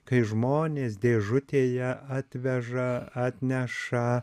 kai žmonės dėžutėje atveža atneša